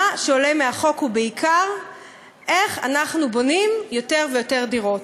מה שעולה מהחוק הוא בעיקר איך אנחנו בונים יותר ויותר דירות.